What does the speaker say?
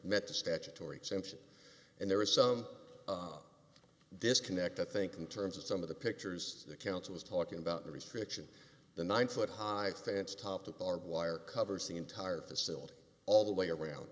met the statutory exemption and there is some disconnect i think in terms of some of the pictures the council was talking about the restriction the nine foot high fence topped the barbed wire covers the entire facility all the way around